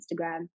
Instagram